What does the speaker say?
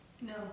No